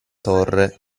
torre